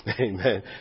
Amen